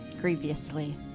grievously